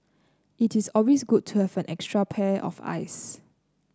it is always good to have an extra pair of eyes